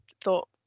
thought